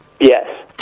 Yes